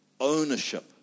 Ownership